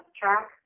Track